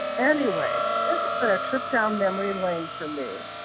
anyway, this has been a trip down memory lane for me.